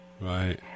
right